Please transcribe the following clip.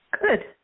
Good